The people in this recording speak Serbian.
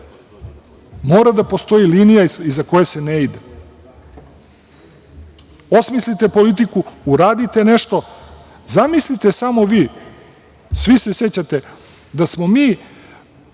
Mora da postoji linija iza koje se ne ide. Osmislite politiku, uradite nešto. Zamislite samo vi, svi se sećate da smo mi